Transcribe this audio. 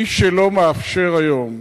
מי שלא מאפשר היום